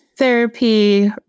therapy